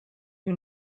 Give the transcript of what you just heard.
you